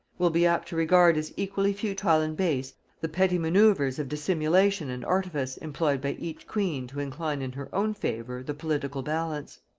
will be apt to regard as equally futile and base the petty manoeuvres of dissimulation and artifice employed by each queen to incline in her own favor the political balance.